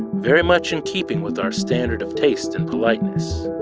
very much in keeping with our standard of taste and politeness.